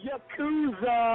Yakuza